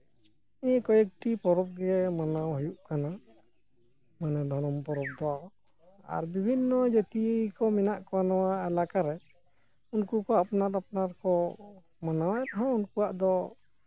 ᱱᱤᱭᱟᱹ ᱠᱚᱭᱮᱠᱴᱤ ᱯᱚᱨᱚᱵᱽ ᱜᱮ ᱢᱟᱱᱟᱣ ᱦᱩᱭᱩᱜ ᱠᱟᱱᱟ ᱢᱟᱱᱮ ᱫᱷᱚᱨᱚᱢ ᱯᱚᱨᱚᱵᱽ ᱫᱚ ᱟᱨ ᱵᱤᱵᱷᱤᱱᱱᱚ ᱡᱟᱹᱛᱤ ᱠᱚ ᱢᱮᱱᱟᱜ ᱚᱣᱟ ᱱᱚᱣᱟ ᱮᱞᱟᱠᱟ ᱨᱮ ᱩᱱᱠᱩ ᱠᱚ ᱟᱯᱱᱟᱨ ᱟᱯᱱᱟᱨ ᱠᱚ ᱢᱟᱱᱟᱣᱮᱫ ᱦᱚᱸ ᱩᱱᱠᱩᱣᱟᱜ ᱫᱚ